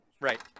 Right